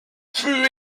fut